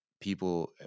people